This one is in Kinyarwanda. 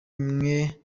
imwe